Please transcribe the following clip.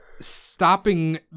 stopping